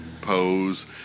pose